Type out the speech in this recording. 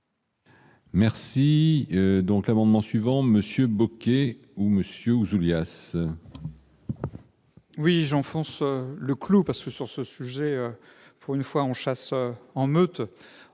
Merci donc l'amendement suivant Monsieur Bocquet ou monsieur Ouzoulias. Oui, j'enfonce le clou, parce que sur ce sujet, pour une fois on chasse en meute